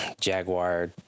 Jaguar